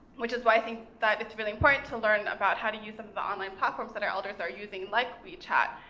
which is why i think that it's really important to learn about how to use some of the online platforms that our elders are using, like wechat, ah